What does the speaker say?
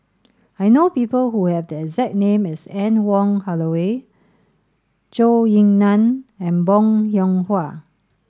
I know people who have the exact name as Anne Wong Holloway Zhou Ying Nan and Bong Hiong Hwa